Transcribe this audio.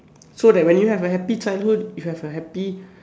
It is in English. so that when you have a happy childhood you have a happy